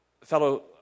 fellow